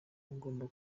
ngomba